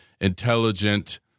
intelligent